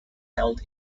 held